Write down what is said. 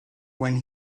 when